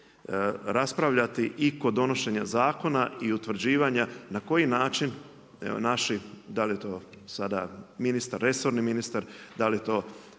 raspravljati i kod donošenja zakona i utvrđivanja na koji način evo naši, da li je to sada ministar, resorni ministar, da li je to